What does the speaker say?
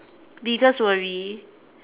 biggest worry